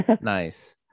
Nice